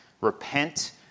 Repent